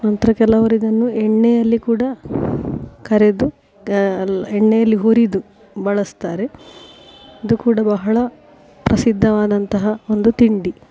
ನಂತರ ಕೆಲವ್ರು ಇದನ್ನು ಎಣ್ಣೆಯಲ್ಲಿ ಕೂಡ ಕರಿದು ಗಾ ಅಲ್ಲ ಎಣ್ಣೆಯಲ್ಲಿ ಹುರಿದು ಬಳಸ್ತಾರೆ ಇದು ಕೂಡ ಬಹಳ ಪ್ರಸಿದ್ಧವಾದಂತಹ ಒಂದು ತಿಂಡಿ